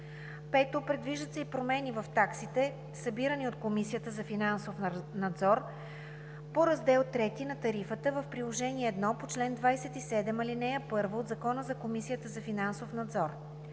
5. Предвиждат се и промени в таксите, събирани от Комисията за финансов надзор по Раздел III на тарифата в Приложение 1 по чл. 27, ал. 1 от Закона за Комисията за финансов надзор.